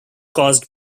caused